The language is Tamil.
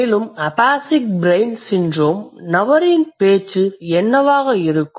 மேலும் அபாசிக் ப்ரெய்ன் சிண்ட்ரோம் நபரின் பேச்சு என்னவாக இருக்கும்